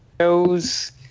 shows